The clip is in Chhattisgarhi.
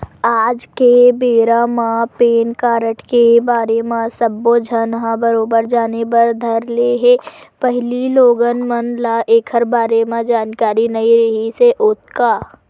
आज के बेरा म पेन कारड के बारे म सब्बो झन ह बरोबर जाने बर धर ले हे पहिली लोगन मन ल ऐखर बारे म जानकारी नइ रिहिस हे ओतका